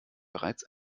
bereits